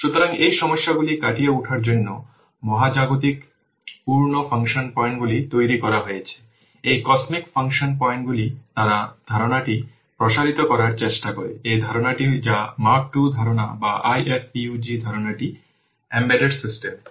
সুতরাং এই সমস্যাগুলি কাটিয়ে ওঠার জন্য মহাজাগতিক পূর্ণ ফাংশন পয়েন্টগুলি তৈরি করা হয়েছে এই কসমিক পূর্ণ ফাংশন পয়েন্টগুলি তারা ধারণাটি প্রসারিত করার চেষ্টা করে এই ধারণাটি যা Mark II ধারণা বা IFPUG ধারণাটি এমবেডেড সিস্টেমে